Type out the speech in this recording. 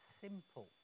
simple